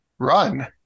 Run